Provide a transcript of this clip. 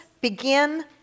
begin